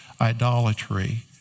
idolatry